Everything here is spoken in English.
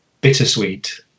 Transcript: bittersweet